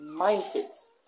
mindsets